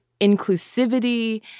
inclusivity